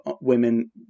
women